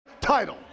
title